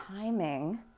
timing